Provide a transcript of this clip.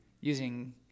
using